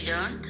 John